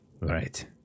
Right